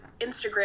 Instagram